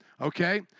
okay